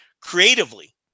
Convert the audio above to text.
creatively